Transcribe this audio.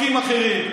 באפיקים אחרים.